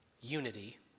unity